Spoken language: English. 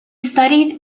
studied